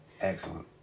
excellent